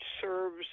serves